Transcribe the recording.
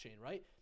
right